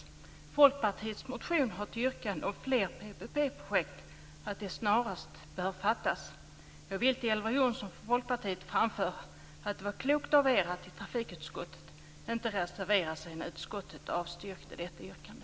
I Folkpartiets motion finns ett yrkande om att det snarast bör fattas beslut om fler PPP-projekt. Jag vill till Elver Jonsson i Folkpartiet framföra att det var klokt av er att inte reservera er när trafikutskottet avstyrkte detta yrkande.